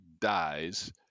dies